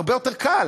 הרבה יותר קל.